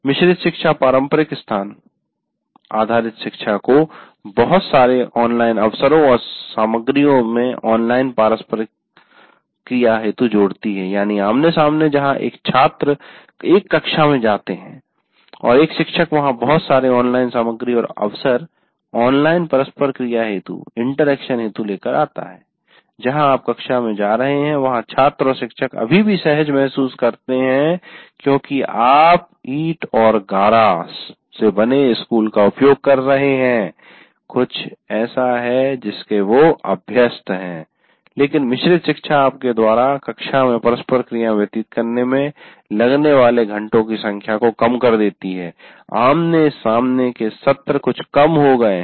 मिश्रित शिक्षा पारंपरिक स्थान आधारित कक्षा को बहुत सारे ऑनलाइन अवसरों और सामग्रियों से ऑनलाइन परस्परक्रिया हेतु जोड़ती है यानी आमने सामने जहां छात्र एक कक्षा में जाते हैं और एक शिक्षक वहाँ बहुत सारी ऑनलाइन सामग्री और अवसर ऑनलाइन परस्परक्रिया हेतु लेकर आता है जहां आप कक्षा में जा रहे हैं वहां छात्र और शिक्षक अभी भी सहज महसूस करते हैं क्योंकि आप ईंट और गारा से बने स्कूलों का उपयोग कर रहे हैं यह कुछ ऐसा है जिसके वो अभ्यस्त है लेकिन मिश्रित शिक्षा आपके द्वारा कक्षा में परस्परक्रिया में व्यतीत करने में लगने वाले घंटों की संख्या को कम कर देती है आमने सामने के सत्र कुछ कम हो गए हैं